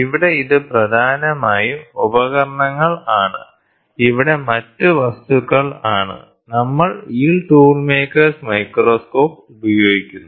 ഇവിടെ ഇത് പ്രധാനമായും ഉപകരണങ്ങൾ ആണ് ഇവിടെ മറ്റു വസ്തുക്കൾ ആണ് നമ്മൾ ഈ tool makers microscope Tool Maker's Microscope ഉപയോഗിക്കുന്നു